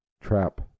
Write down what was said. trap